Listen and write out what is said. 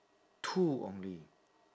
two only